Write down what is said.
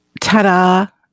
Ta-da